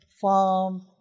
farm